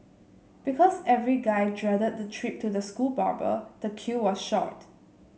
because every guy dreaded the trip to the school barber the queue was short